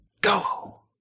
go